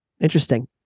Interesting